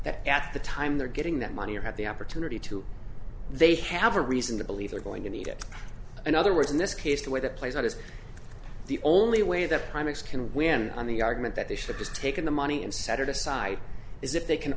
that at the time they're getting that money or have the opportunity to they have a reason to believe they're going to need it in other words in this case the way that plays out is the only way that primates can win on the argument that they should just take in the money and set it aside as if they can